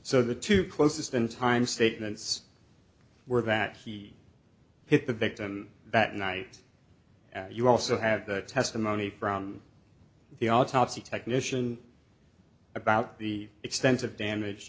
so the two closest in time statements were that he hit the victim that night and you also have the testimony from the autopsy technician about the extensive damage